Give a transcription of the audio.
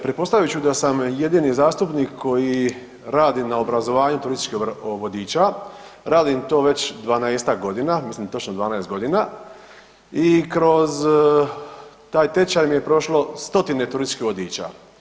Pretpostavit ću da sam jedini zastupnik koji radi na obrazovanju turističkih vodiča, radim to već 12-ak godina, mislim točno 12 godina i kroz taj tečaj mi je prošlo stotine turističkih vodiča.